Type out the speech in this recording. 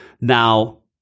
Now